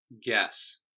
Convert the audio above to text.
Guess